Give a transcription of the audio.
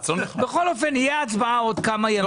בכל אופן, תהיה הצבעה בעוד כמה ימים.